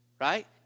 right